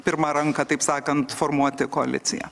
pirmą ranką taip sakant formuoti koaliciją